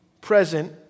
present